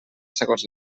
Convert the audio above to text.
segons